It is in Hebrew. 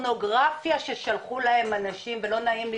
הפורנוגרפיה ששלחו להם אנשים ולא נעים לי